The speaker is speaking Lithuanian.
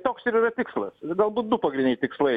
toks ir yra tikslas galbūt du pagrindiniai tikslai